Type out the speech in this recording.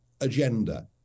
agenda